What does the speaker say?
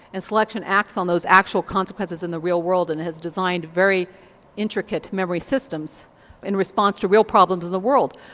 and selection acts on those actual consequences consequences in the real world and has designed very intricate memory systems in response to real problems in the world.